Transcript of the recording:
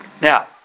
Now